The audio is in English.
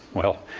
well,